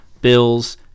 Bills